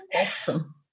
Awesome